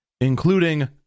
including